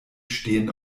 stehen